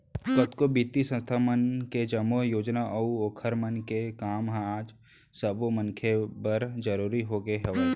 कतको बित्तीय संस्था मन के जम्मो योजना अऊ ओखर मन के काम ह आज सब्बो मनखे बर जरुरी होगे हवय